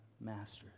masters